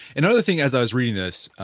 another thing as i was reading this